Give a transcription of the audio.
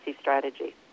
strategy